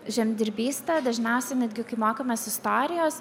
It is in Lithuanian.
žemdirbystę dažniausiai netgi kai mokomės istorijos